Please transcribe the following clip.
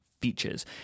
features